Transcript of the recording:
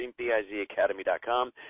dreambizacademy.com